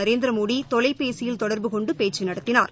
நரேந்திரமோடி தொலைபேசியில் தொடர்புகொண்டு பேச்சு நடத்தினார்